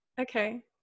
okay